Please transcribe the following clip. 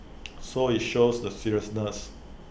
so IT shows the seriousness